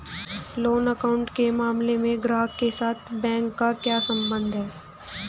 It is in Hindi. लोन अकाउंट के मामले में ग्राहक के साथ बैंक का क्या संबंध है?